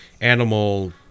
animal